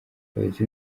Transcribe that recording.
abayobozi